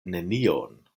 nenion